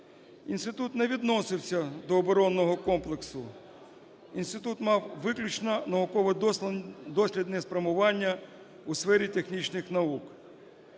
Інститут не відносився до оборонного комплексу, інститут мав виключно науково-дослідне спрямування у сфері технічних наук.